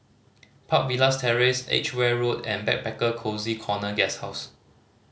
Park Villas Terrace Edgeware Road and Backpacker Cozy Corner Guesthouse